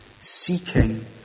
Seeking